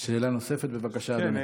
שאלה נוספת, בבקשה, אדוני.